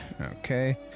Okay